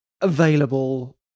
available